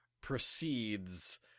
proceeds